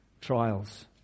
trials